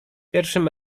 pierwszym